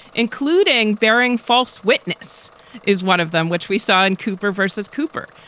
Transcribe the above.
including bearing false witness is one of them, which we saw in cooper versus cooper.